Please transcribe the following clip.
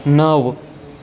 નવ